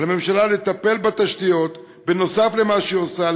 על הממשלה לטפל בתשתיות נוסף על מה שהיא עושה,